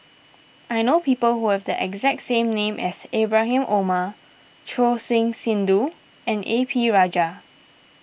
I know people who have the exact name as Ibrahim Omar Choor Singh Sidhu and A P Rajah